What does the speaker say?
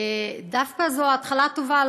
דווקא זו התחלה טובה,